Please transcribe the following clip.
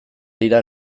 dira